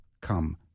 come